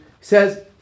says